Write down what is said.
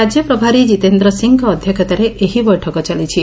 ରାକ୍ୟ ପ୍ରଭାରୀ ଜିତେନ୍ଦ୍ର ସିଂଙ୍କ ଅଧ୍ୟକ୍ଷତାରେ ଏହି ବୈଠକ ଚାଲିଛି